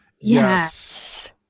Yes